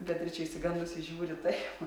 beatričė išsigandusi žiūri taip